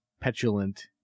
petulant